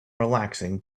relaxing